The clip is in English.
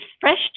fresh